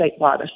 statewide